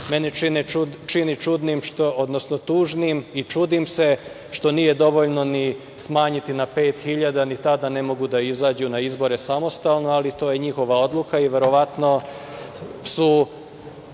Mene čini tužnim i čudim se što nije dovoljno ni smanjiti na 5 hiljada, ni tada ne mogu da izađu na izbore samostalno, ali to je njihova odluka i verovatno su